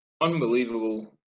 unbelievable